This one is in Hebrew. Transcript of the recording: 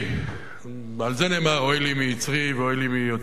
על זה נאמר: אוי לי מיצרי ואוי לי מיוצרי,